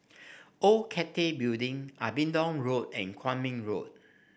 Old Cathay Building Abingdon Road and Kwong Min Road